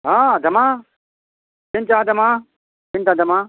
ହଁ ଦେମା କିନ୍ ଚାହା ଦେମା ତିନ୍ଟା ଦେମା